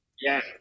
Yes